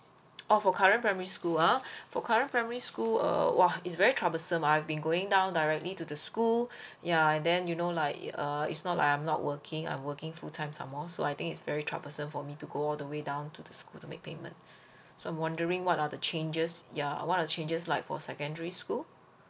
oh for current primary school ah for current primary school err !wah! it's very troublesome I've been going down directly to the school ya and then you know like err it's not like I'm not working I'm working full time some more so I think it's very troublesome for me to go all the way down to the school to make payment so I'm wondering what are the changes yeah what are the changes like for secondary school